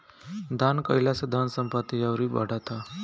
दान कईला से धन संपत्ति अउरी बढ़त ह